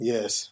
Yes